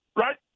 Right